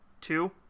two